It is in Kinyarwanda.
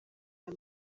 aya